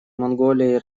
монголией